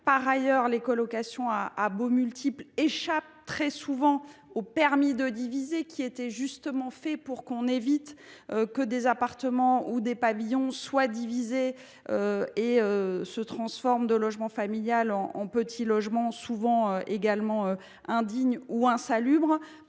Par ailleurs, les colocations à baux multiples échappent très souvent au permis de diviser, qui était justement fait pour éviter que des appartements ou des pavillons ne soient divisés et ne se transforment en petits logements, souvent indignes ou insalubres.